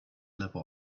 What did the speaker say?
level